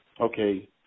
okay